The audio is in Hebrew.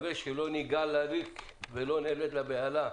נעמול לריק ולא ניקלע לבהלה,